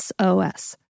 SOS